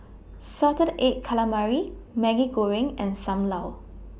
Salted Egg Calamari Maggi Goreng and SAM Lau